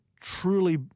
truly